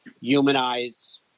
humanize